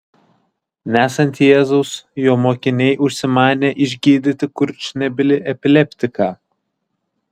nesant jėzaus jo mokiniai užsimanė išgydyti kurčnebylį epileptiką